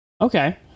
Okay